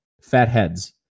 Fatheads